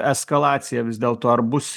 eskalaciją vis dėlto ar bus